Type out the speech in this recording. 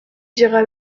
dira